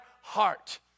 heart